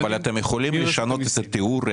אבל אתם יכולים לשנות את התיאור,